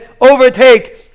overtake